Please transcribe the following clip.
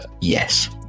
Yes